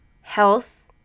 health